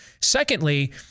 Secondly